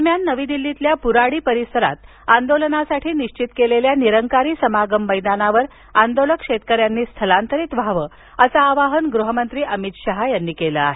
दरम्यान नवी दिल्लीतील बुराडी परिसरात आंदोलनासाठी निश्वित केलेल्या निरंकारी समागम मैदानावर आंदोलक शेतकऱ्यांनी स्थलांतरीत व्हावं असं आवाहन गृहमंत्री अमित शाह यांनी केलं आहे